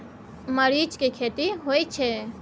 मरीच के खेती होय छय?